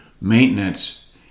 maintenance